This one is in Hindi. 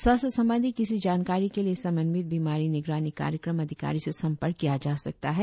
स्वास्थ्य संबंधी किसी जानकारी के लिए समन्वित बीमारी निगरानी कार्यक्रम अधिकारी से संपर्क किया जा सकता है